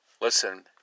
Listen